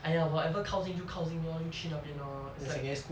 !aiya! whatever 靠近就靠近 lor 就去那边 lor it's like